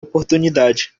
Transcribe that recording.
oportunidade